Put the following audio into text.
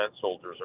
soldiers